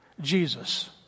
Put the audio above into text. Jesus